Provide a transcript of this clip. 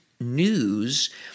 news